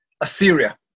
Assyria